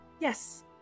Yes